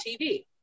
tv